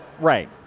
Right